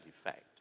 effect